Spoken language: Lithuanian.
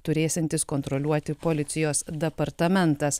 turėsiantis kontroliuoti policijos departamentas